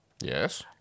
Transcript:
Yes